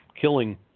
killing